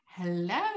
Hello